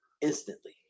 instantly